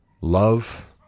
Love